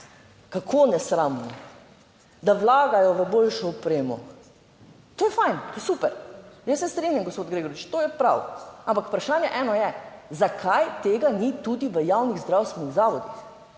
kako nesramno, da vlagajo v boljšo opremo. To je fajn, to je super. Jaz se strinjam gospod Gregorič, to je prav, ampak vprašanje eno je, zakaj tega ni tudi v javnih zdravstvenih zavodih,